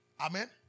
Amen